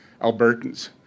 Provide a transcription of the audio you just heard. Albertans